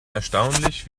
erstaunlich